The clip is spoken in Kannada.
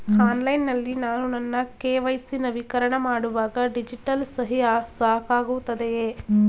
ಆನ್ಲೈನ್ ನಲ್ಲಿ ನಾನು ನನ್ನ ಕೆ.ವೈ.ಸಿ ನವೀಕರಣ ಮಾಡುವಾಗ ಡಿಜಿಟಲ್ ಸಹಿ ಸಾಕಾಗುತ್ತದೆಯೇ?